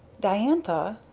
diantha?